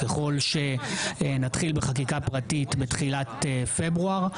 ככל שנתחיל בחקיקה פרטית בתחילת פברואר,